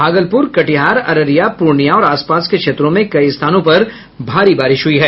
भागलपुर कटिहार अररिया पूर्णियां और आस पास के क्षेत्रों में कई स्थानों पर भारी बारिश हुई है